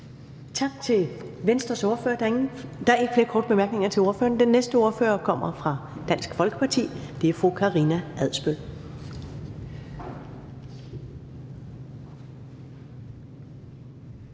Tak til Venstres ordfører. Der er ikke flere korte bemærkninger til ordføreren. Den næste ordfører kommer fra Dansk Folkeparti, og det er fru Karina Adsbøl.